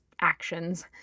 actions